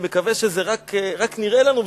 אני מקווה שזה רק נראה לנו,